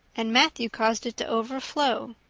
and matthew caused it to overflow.